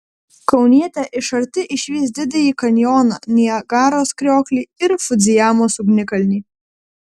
kaunietė iš arti išvys didįjį kanjoną niagaros krioklį ir fudzijamos ugnikalnį